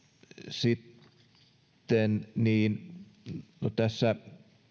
sitten tässä